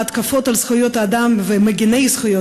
התקפות על זכויות האדם ומגיני זכויות